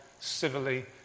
civilly